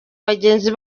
bagenzi